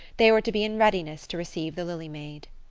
they were to be in readiness to receive the lily maid.